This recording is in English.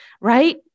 Right